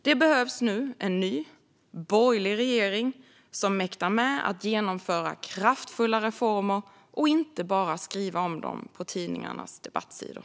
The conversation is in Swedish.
Det behövs nu en ny borgerlig regering som mäktar med att genomföra kraftfulla reformer och inte bara att skriva om dem på tidningarnas debattsidor.